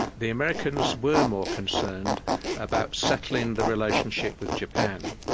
the americans were more concerned about settling the relationship with japan.